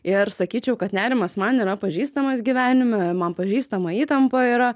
ir sakyčiau kad nerimas man yra pažįstamas gyvenime man pažįstama įtampa yra